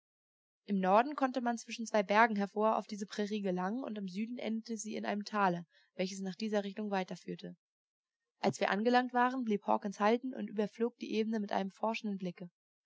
im norden konnte man zwischen zwei bergen hervor auf diese prairie gelangen und im süden endete sie in einem tale welches nach dieser richtung weiterführte als wir hier angelangt waren blieb hawkens halten und überflog die ebene mit einem forschenden blicke